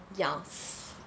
ya